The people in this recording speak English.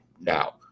now